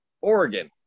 Oregon